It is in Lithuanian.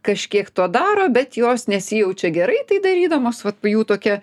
kažkiek to daro bet jos nesijaučia gerai tai darydamos vat jų tokia